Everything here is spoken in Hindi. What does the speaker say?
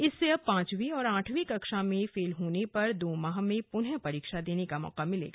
इससे अब पांचवीं और आठवीं कक्षा में फेल होने पर दो माह में पुनः परीक्षा का मौका मिलेगा